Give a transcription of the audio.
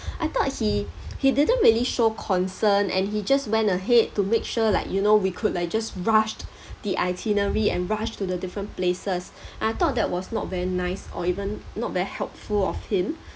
I thought he he didn't really show concern and he just went ahead to make sure like you know we could like just rushed the itinerary and rush to the different places and I thought that was not very nice or even not very helpful of him